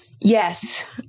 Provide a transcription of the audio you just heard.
Yes